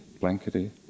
blankety